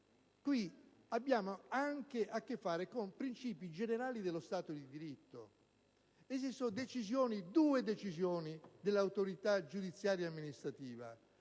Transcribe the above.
qui abbiamo anche a che fare con principi generali di uno Stato di diritto. Esistono due decisioni dell'autorità giudiziaria amministrativa.